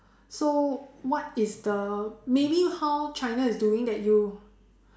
so what is the maybe how China is doing that you